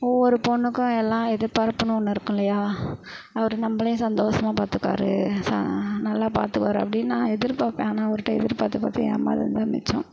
ஒவ்வொரு பெண்ணுக்கும் எல்லா எதிர்பார்ப்புன்னு ஒன்று இருக்குல்லையா அவர் நம்பளையும் சந்தோஷமா பார்த்துக்குவாரு நல்லா பார்த்துக்குவாரு அப்படின்னு நான் எதிர்பார்ப்பேன் ஆனால் அவர்கிட்ட எதிர்பார்த்து பார்த்து ஏமாந்தது தான் மிச்சம்